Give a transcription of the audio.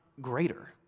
greater